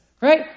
Right